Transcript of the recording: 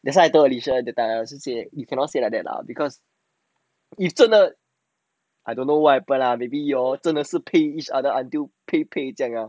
that's why I told alysha that time I also say that you cannot say like that lah because 你真的 I don't know what happen lah you all maybe 是真的配 to each other until 配配这样